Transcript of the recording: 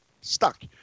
Stuck